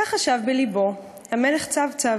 // כך חשב בלבו המלך צב-צב,